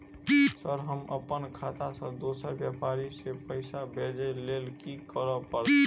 Sir हम अप्पन खाता सऽ दोसर व्यापारी केँ पैसा भेजक लेल की करऽ पड़तै?